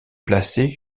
placé